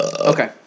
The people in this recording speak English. Okay